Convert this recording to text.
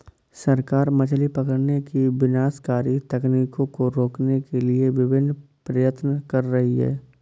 सरकार मछली पकड़ने की विनाशकारी तकनीकों को रोकने के लिए विभिन्न प्रयत्न कर रही है